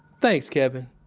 thanks, kevin.